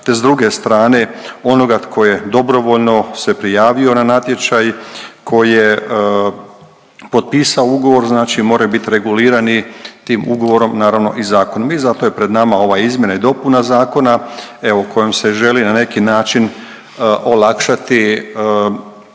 te s druge strane onoga tko je dobrovoljno se prijavio na natječaj, koji je potpisao ugovor, znači mora bit reguliran i tim ugovorom naravno i zakon i zato je pred nama ova izmjena i dopuna zakona evo kojom se želi na neki način olakšati